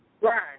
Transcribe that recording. Right